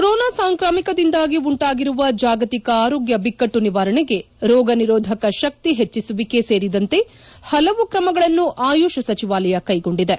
corona ಸಾಂಕ್ರಾಮಿಕದಿಂದಾಗಿ ಉಂಟಾಗಿರುವ ಜಾಗತಿಕ ಆರೋಗ್ಯ ಬಿಕ್ಕಟ್ಟು ನಿವಾರಣೆಗೆ ರೋಗ ನಿರೋಧಕ ಶಕ್ತಿ ಹೆಚ್ನಿಸುವಿಕೆ ಸೇರಿದಂತೆ ಪಲವು ್ರಮಗಳನ್ನು ಆಯುಷ್ ಸಚಿವಾಲಯ ಕ್ಷೆಗೊಂಡಿದೆ